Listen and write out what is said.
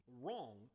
wrong